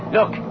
Look